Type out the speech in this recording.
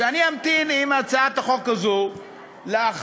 הקואליציה, שאני אמתין עם הצעת החוק הזאת עד